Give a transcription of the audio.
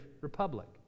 republic